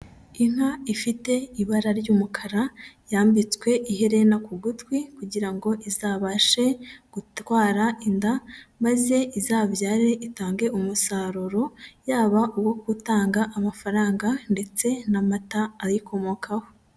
Inka ifite ibara ry'umukara yambitswe iherena ku gutwi kugira ngo izabashe gutwara inda maze izabyare itange umusaruro, yaba uwo gutanga amafaranga ndetse n'amata ayikomokaho.